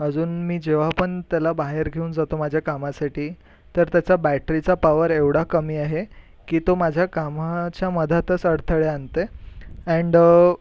अजून मी जेव्हा पण त्याला बाहेर घेऊन जातो माझ्या कामासाठी तर त्याचा बॅटरीचा पावर एवढा कमी आहे की तो माझ्या कामाच्या मध्यातच अडथळे आणते अँड